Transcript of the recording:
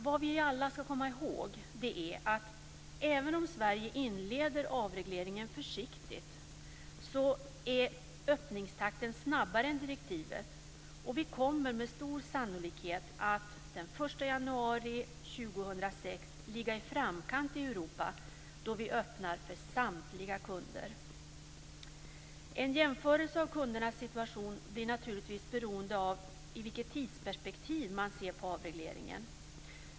Vad vi alla ska komma ihåg är att även om Sverige inleder avregleringen försiktigt är öppningstakten snabbare än i direktivet. Med stor sannolikhet kommer vi den 1 januari 2006 att ligga i framkanten i Europa då vi öppnar för samtliga kunder. En jämförelse av kundernas situation blir naturligtvis beroende av i vilket tidsperspektiv man ser på avregleringen.